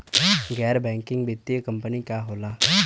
गैर बैकिंग वित्तीय कंपनी का होला?